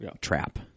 trap